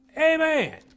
Amen